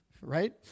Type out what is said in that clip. right